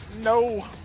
No